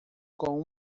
com